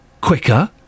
quicker